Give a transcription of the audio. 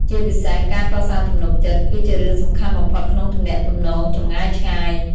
ឧទាហរណ៍ យើងអាចកំណត់ពេលវីដេអូខលជាប្រចាំរៀងរាល់សប្តាហ៍ ឬផ្ញើសារខ្លីៗដើម្បីប្រាប់គ្នាពីសកម្មភាពប្រចាំថ្ងៃ។